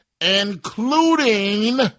including